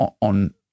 on